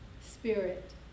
Spirit